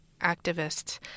activists